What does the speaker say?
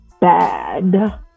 bad